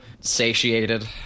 satiated